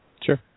Sure